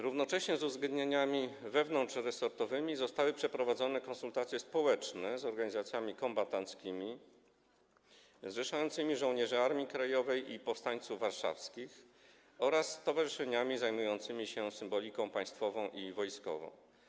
Równocześnie z uzgodnieniami wewnątrzresortowymi zostały przeprowadzone konsultacje społeczne z organizacjami kombatanckimi zrzeszającymi żołnierzy Armii Krajowej i powstańców warszawskich oraz ze stowarzyszeniami zajmującymi się symboliką państwową i wojskową.